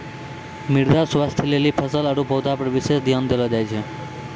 मृदा स्वास्थ्य लेली फसल आरु पौधा पर विशेष ध्यान देलो जाय छै